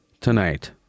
tonight